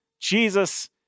Jesus